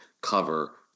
cover